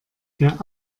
der